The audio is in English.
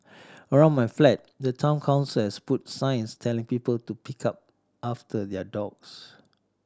around my flat the Town Council has put signs telling people to pick up after their dogs